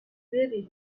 really